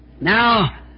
now